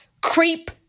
creep